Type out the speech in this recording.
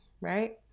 right